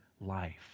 life